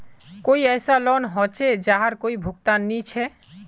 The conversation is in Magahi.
कोई ऐसा लोन होचे जहार कोई भुगतान नी छे?